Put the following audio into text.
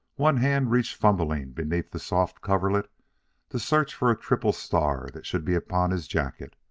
one hand reached fumblingly beneath the soft coverlet to search for a triple star that should be upon his jacket.